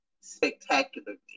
spectacularly